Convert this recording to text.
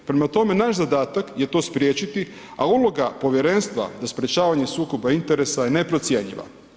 Prema tome, naš zadatak je to spriječiti, a uloga Povjerenstva za sprječavanje sukoba interesa je neprocjenjiva.